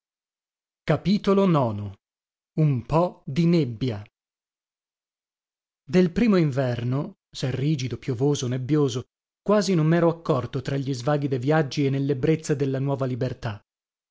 e a un po di nebbia del primo inverno se rigido piovoso nebbioso quasi non mero accorto tra gli svaghi de viaggi e nellebbrezza della nuova libertà